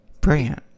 brilliant